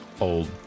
old